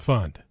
Fund